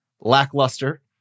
lackluster